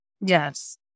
yes